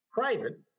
Private